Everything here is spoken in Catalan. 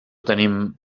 tenim